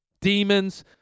demons